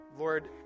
Lord